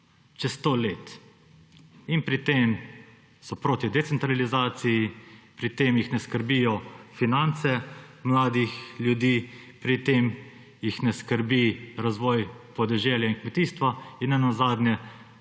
čez 100 let in pri tem so proti decentralizaciji, pri tem jih ne skrbijo finance mladih ljudi, pri tem jih ne skrbi razvoj podeželja in kmetijstva in nenazadnje